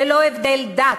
ללא הבדל דת,